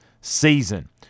season